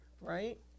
right